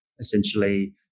essentially